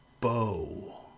bow